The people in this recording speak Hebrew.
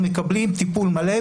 מקבלים טיפול מלא,